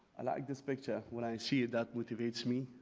i like this picture. when i see it that motivates me,